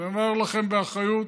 אני אומר לכם באחריות,